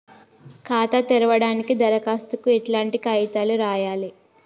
ఖాతా తెరవడానికి దరఖాస్తుకు ఎట్లాంటి కాయితాలు రాయాలే?